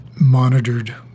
monitored